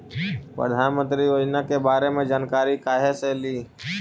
प्रधानमंत्री योजना के बारे मे जानकारी काहे से ली?